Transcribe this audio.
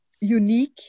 unique